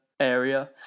area